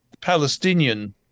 Palestinian